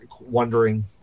wondering